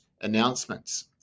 announcements